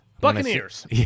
Buccaneers